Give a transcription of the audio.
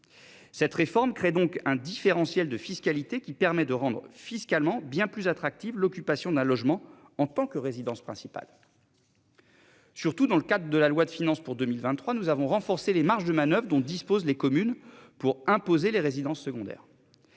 Cette réforme crée donc un différentiel de fiscalité qui permet de rendre fiscalement bien plus attractive, l'occupation d'un logement en tant que résidence principale. Surtout dans le cadre de la loi de finances pour 2023, nous avons renforcé les marges de manoeuvres dont disposent les communes pour imposer les résidences secondaires.